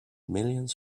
millions